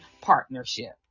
partnership